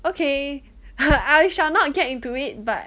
okay I shall not get into it but